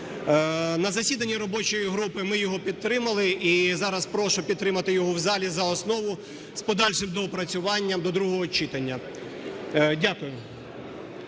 На засіданні робочої групи ми його підтримали, і зараз прошу підтримати його в залі за основу з подальшим доопрацюванням до другого читання. Дякую.